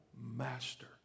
master